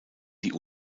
die